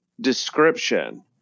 description